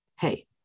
Hey